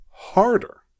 harder